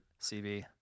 CB